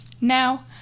now